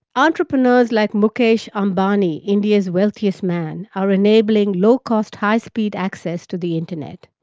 entrepreneurs like mukesh ambani, india's wealthiest man, are enabling low-cost, high-speed access to the internet.